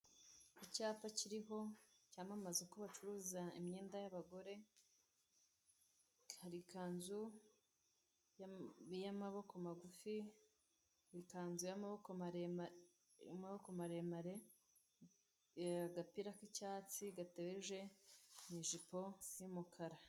Icyapa kiriho cyamamaza uko bacuruza imwenda y'abagore hari ikanzu y'amaboko magufi, ikanzu y'amaboko maremare, agapira k'icyatsi gatebeje mu ijipo isa umukara.